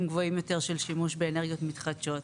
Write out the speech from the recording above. גבוהים יותר של שימוש באנרגיות מתחדשות,